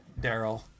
Daryl